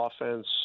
offense